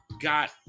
got